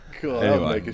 cool